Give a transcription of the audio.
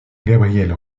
gabrielle